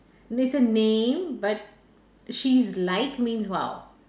it's a name but she's like means how